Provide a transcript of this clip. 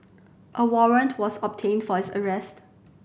a warrant was obtained for his arrest